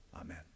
Amen